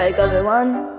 ah go go one